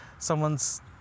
someone's